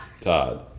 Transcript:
Todd